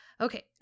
okay